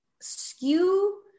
skew